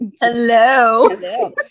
Hello